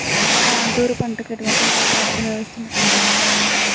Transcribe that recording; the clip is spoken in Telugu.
కాంటూరు పంటకు ఎటువంటి నీటిపారుదల వ్యవస్థను ఉపయోగిస్తారు?